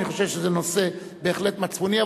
ואני חושב שזה נושא בהחלט מצפוני,